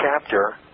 chapter